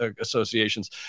associations